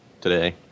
today